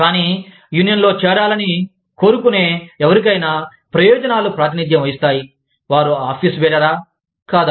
కానీ యూనియన్లో చేరాలని కోరుకునే ఎవరికైనా ప్రయోజనాలు ప్రాతినిధ్యం వహిస్తాయి వారు ఆఫీసు బేరరా కాదా